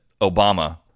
Obama